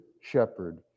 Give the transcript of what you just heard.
shepherd